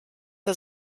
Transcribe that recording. der